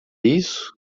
isso